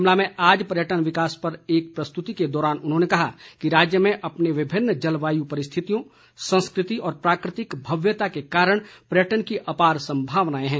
शिमला में आज पर्यटन विकास पर एक प्रस्तुति के दौरान उन्होंने कहा कि राज्य में अपनी विभिन्न जलवायु परिस्थितियों संस्कृति और प्राकृतिक भव्यता के कारण पर्यटन की अपार संभावनाएं हैं